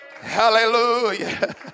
Hallelujah